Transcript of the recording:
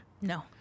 No